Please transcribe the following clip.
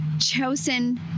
chosen